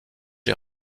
est